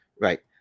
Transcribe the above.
Right